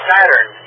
Saturn